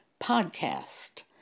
podcast